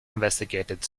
investigated